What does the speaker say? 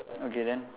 okay then